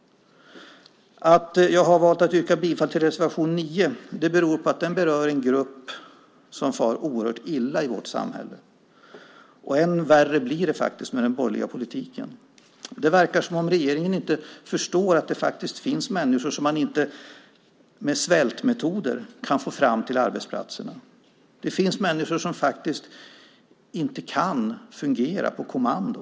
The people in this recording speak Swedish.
Att jag har valt att yrka bifall till reservation 9 beror på att den berör en grupp som far oerhört illa i vårt samhälle. Än värre blir det faktiskt med den borgerliga politiken. Det verkar som om regeringen inte förstår att det finns människor som man inte med svältmetoder kan få fram till arbetsplatserna. Det finns människor som inte kan fungera på kommando.